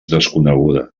desconeguda